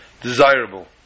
desirable